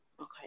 Okay